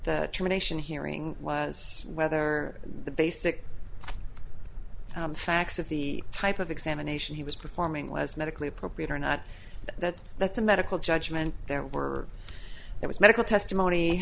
the termination hearing was whether the basic facts of the type of examination he was performing was medically appropriate or not that that's a medical judgment there were there was medical testimony